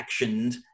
actioned